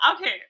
Okay